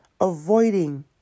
avoiding